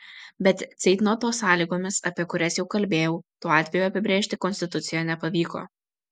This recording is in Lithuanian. bet ceitnoto sąlygomis apie kurias jau kalbėjau tų atvejų apibrėžti konstitucijoje nepavyko